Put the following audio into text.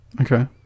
Okay